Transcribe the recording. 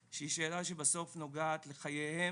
שהיא שאלה שבסוף נוגעת לחייהם,